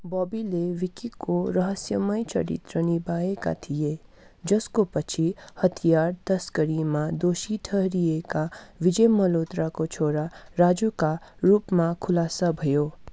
बबीले विक्कीको रहस्यमय चरित्र निभाएका थिए जसको पछि हतियार तस्करीमा दोषी ठहरिएका विजय मल्होत्राको छोरा राजुका रूपमा खुलासा भयो